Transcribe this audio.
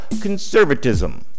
conservatism